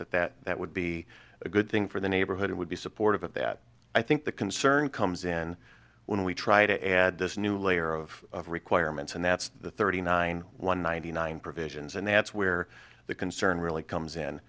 that that that would be a good thing for the neighborhood it would be supportive of that i think the concern comes in when we try to add this new layer of requirements and that's the thirty nine one ninety nine provisions and that's where the concern really comes in